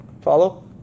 Follow